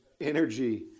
energy